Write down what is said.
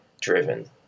driven